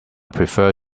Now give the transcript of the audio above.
prefer